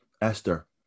Esther